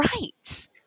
right